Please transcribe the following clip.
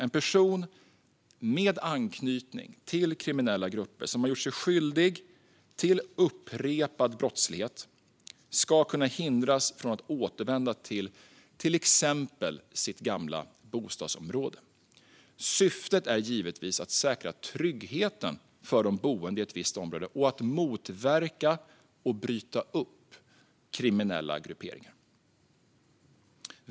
En person med anknytning till kriminella grupper som har gjort sig skyldig till upprepad brottslighet ska kunna hindras från att återvända till exempelvis sitt gamla bostadsområde. Syftet är givetvis att säkra tryggheten för de boende i ett visst område och att motverka och bryta upp kriminella grupperingar.